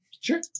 sure